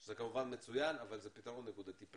שזה כמובן מצוין אבל זה פתרון נקודתי,